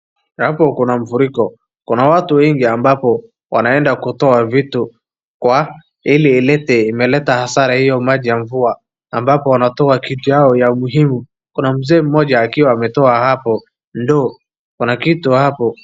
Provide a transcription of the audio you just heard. Hapo kuna mafuriko, kuna watu wengi ambapo wanaenda kutoa vitu kwa ili iilete, imeleta hasara hiyo maji ya mvua, ambapo wanatoa kitu yao ya umuhimu, kuna mzee mmoja akiwa ametoa hapo ndoo kuna kitu hapo.